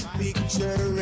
picture